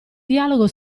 dialogo